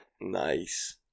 Nice